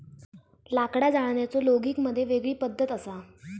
लाकडा जाळण्याचो लोगिग मध्ये वेगळी पद्धत असा